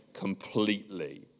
completely